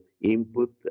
input